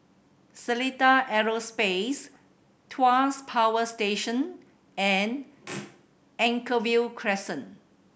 Seletar Aerospace Tuas Power Station and Anchorvale Crescent